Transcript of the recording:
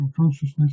consciousness